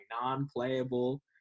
non-playable